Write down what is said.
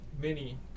mini